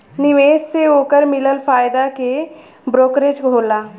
निवेश से ओकर मिलल फायदा के ब्रोकरेज होला